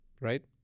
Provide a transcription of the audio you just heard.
right